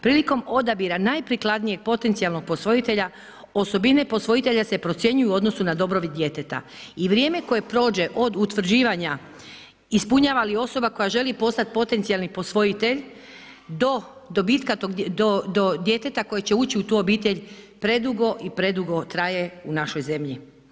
Prilikom odabira najprikladnijeg potencijalnog posvojitelja, osobine posvojitelja se procjenjuju u odnosu na dobrobit djeteta i vrijeme koje prođe od utvrđivanja ispunjava li osoba koja želi postati potencijali posvojitelj, do djeteta koje će ući u tu obitelj, predugo i predugo traje u našoj zemlji.